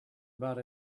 about